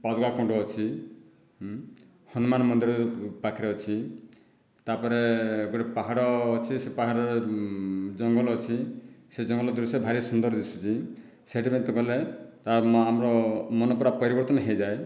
ପାଦୁକା କୁଣ୍ଡ ଅଛି ହୁଁ ହନୁମାନ ମନ୍ଦିର ପାଖରେ ଅଛି ତା'ପରେ ଗୋଟିଏ ପାହାଡ଼ ଅଛି ସେ ପାହାଡ଼ରେ ଜଙ୍ଗଲ ଅଛି ସେ ଜଙ୍ଗଲ ଦୃଶ୍ୟ ଭାରି ସୁନ୍ଦର ଦିଶୁଛି ସେଠି ମୋତେ ଗଲେ ତା' ଆମର ମନ ପୂରା ପରିବର୍ତ୍ତନ ହୋଇଯାଏ